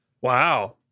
Wow